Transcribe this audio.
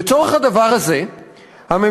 לצורך הדבר הזה הממשלה